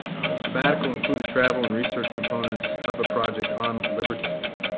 sabbatical included travel and research components of a project on libertinism.